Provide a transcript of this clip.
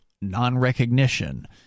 non-recognition